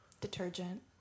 Detergent